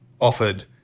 offered